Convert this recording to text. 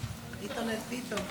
דבי ביטון,